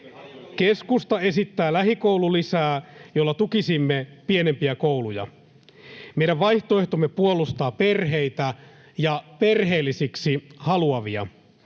Keskusta esittää lähikoululisää, jolla tukisimme pienempiä kouluja. Meidän vaihtoehtomme puolustaa perheitä ja perheellisiksi haluavia.